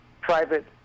private